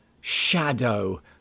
shadow